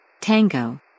Tango